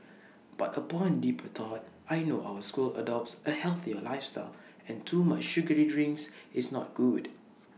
but upon deeper thought I know our school adopts A healthier lifestyle and too much sugary drinks is not good